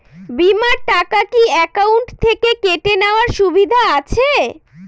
বিমার টাকা কি অ্যাকাউন্ট থেকে কেটে নেওয়ার সুবিধা আছে?